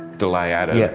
delay added. yeah